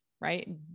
right